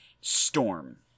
storm